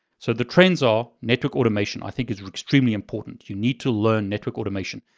so the trends are network automation, i think is extremely important, you need to learn network automation.